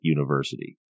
University